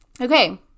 Okay